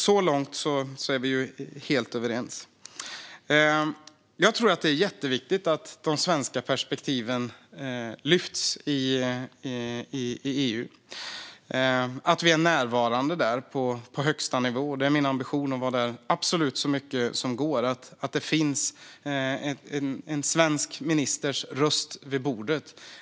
Så långt är vi helt överens. Jag tror att det är jätteviktigt att de svenska perspektiven lyfts i EU och att vi är närvarande där på högsta nivå. Det är min ambition att vara där så mycket som det bara går, och att det finns en svensk ministers röst vid bordet.